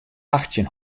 achttjin